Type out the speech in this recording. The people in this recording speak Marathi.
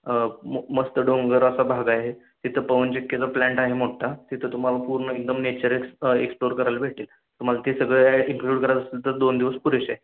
मस्त डोंगर असा भाग आहे तिथं पवनचक्कीचा प्लांट आहे मोठा तिथं तुम्हाला पूर्ण एकदम नेचर एक्स एक्सप्लोअर करायला भेटेल तुम्हाला ते सगळं या यात इन्क्लूड करायचं असेल तर दोन दिवस पुरेसे आहेत